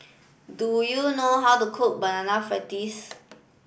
do you know how to cook banana fritters